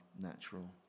natural